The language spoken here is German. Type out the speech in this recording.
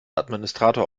administrator